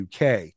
UK